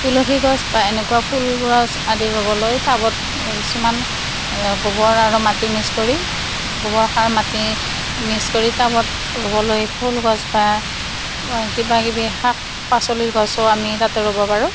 তুলসী গছ বা এনেকুৱা ফুল গছ আদি ৰুবলৈ টাবত কিছুমান গোবৰ আৰু মাটি মিক্স কৰি গোবৰ সাৰ মাটি মিক্স কৰি টাবত ৰুবলৈ ফুল গছ বা কিবা কিবি শাক পাচলিৰ গছো আমি তাতে ৰুব পাৰোঁ